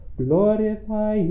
glorify